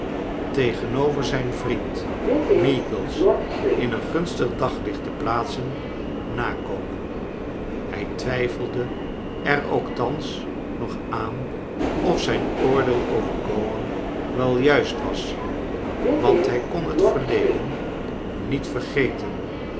enover zijn vriend meagles in ee'n gunstig daglicht te plaatsen nakomen hij twijfelde er ook thaas nog aan of zijn oordeel over gowan wel juist was want hij kon het verleden niet vergeten